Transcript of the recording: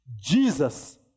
Jesus